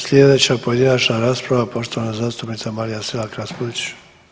Slijedeća pojedinačna rasprava, poštovana zastupnica Marija Selak Raspudić.